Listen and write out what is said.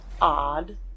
odd